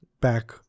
back